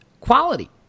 quality